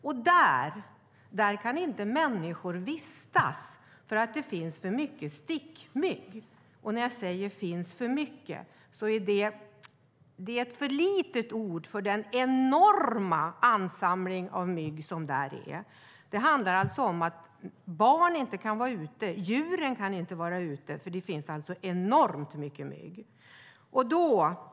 Men människor kan inte vistas här på grund av för mycket stickmygg. "För mycket" är ett för litet uttryck för den enorma ansamling av mygg som finns där. Barn och djur kan inte vara ute eftersom det finns så enormt mycket mygg.